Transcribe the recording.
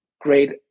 great